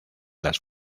las